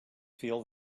feel